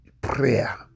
prayer